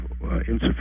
insufficient